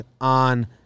on